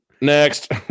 Next